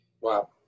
Wow